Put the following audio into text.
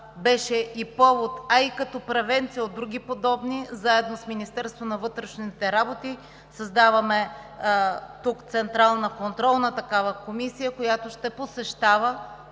беше и повод, а и като превенция от други подобни, заедно с Министерството на вътрешните работи създаваме тук централна, контролна такава комисия, която ще посещава